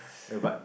where but